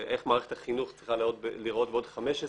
מערכת החינוך צריכה להיראות בעוד 15 שנה?